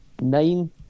nine